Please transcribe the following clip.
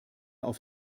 auf